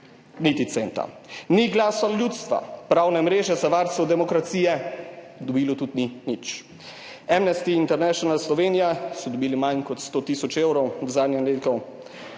niti centa. Ni Glasu ljudstva, Pravne mreže za varstvo demokracije, tudi ni dobila nič. Amnesty International Slovenija so dobili manj kot 100 tisoč evrov v zadnjem letu.